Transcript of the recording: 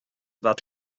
that